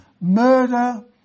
murder